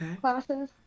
classes